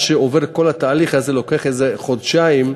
כל התהליך הזה לוקח איזה חודשיים.